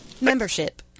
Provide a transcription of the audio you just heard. Membership